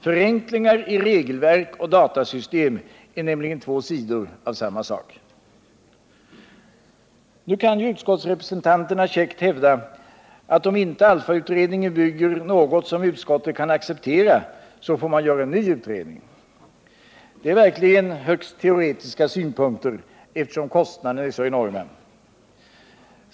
Förenklingar i regelverk och datasystem är nämligen två sidor av samma sak. Nu kan ju utskottsrepresentanterna käckt hävda att om inte ALLFA utredningen presenterar ett förslag som utskottet kan acceptera, så får man göra en ny utredning. Det är verkligen högst teoretiska synpunkter, eftersom kostnaderna är så enorma.